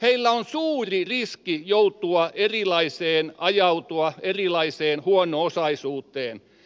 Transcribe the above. heillä on suuri riski ajautua erilaiseen huono osaisuuteen